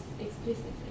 explicitly